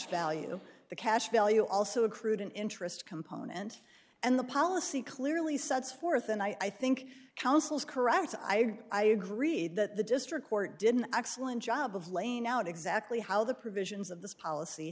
value the cash value also accrued an interest component and the policy clearly sets forth and i think counsel's carotids i i agree that the district court did an excellent job of laying out exactly how the provisions of this policy